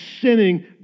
sinning